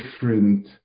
different